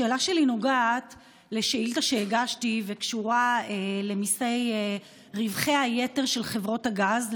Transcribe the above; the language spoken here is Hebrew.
השאלה שלי נוגעת לשאילתה שהגשתי וקשורה לרווחי היתר של חברות הגז,